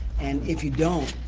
and if you don't,